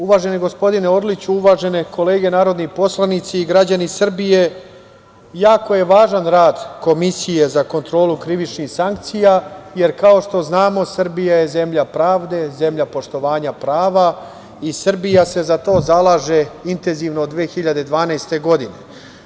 Uvaženi gospodine Orliću, uvažene kolege narodni poslanici i građani Srbije, jako je važan rad Komisije za kontrolu krivičnih sankcija, jer kao što znamo, Srbija je zemlja pravde, zemlja poštovanja prava i Srbija se za to zalaže intenzivno od 2012. godine.